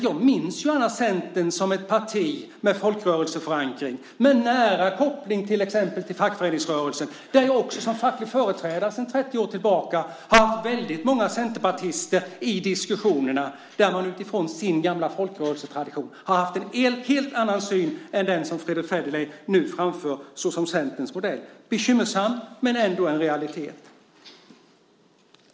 Jag minns gärna Centern som ett parti med folkrörelseförankring och med nära koppling till exempel till fackföreningsrörelsen. Där har jag som facklig företrädare sedan 30 år tillbaka haft många centerpartister i diskussionerna. De har utifrån sin gamla folkrörelsetradition haft en helt annan syn än den som Fredrick Federley nu framför såsom Centerns modell. Det är bekymmersamt, men ändå en realitet.